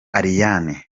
ariane